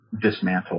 dismantle